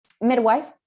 midwife